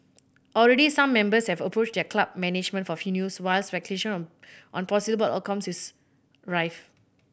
already some members have approached their club management for news while speculation on possible outcomes is rife